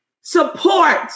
support